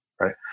right